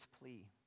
plea